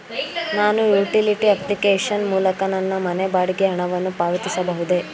ನಾನು utility application ಮೂಲಕ ನನ್ನ ಮನೆ ಬಾಡಿಗೆ ಹಣವನ್ನು ಪಾವತಿಸಬಹುದೇ?